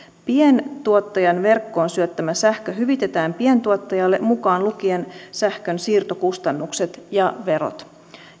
pientuottajan verkkoon syöttämä sähkö hyvitetään pientuottajalle mukaan lukien sähkön siirtokustannukset ja verot